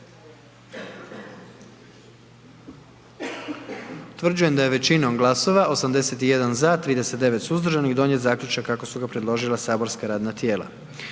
Utvrđujem da je većinom glasova 97 za, 19 suzdržanih donijet zaključak kako je predložilo matično saborsko radno tijelo.